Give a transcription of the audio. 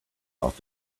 off